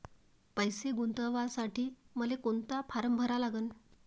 पैसे गुंतवासाठी मले कोंता फारम भरा लागन?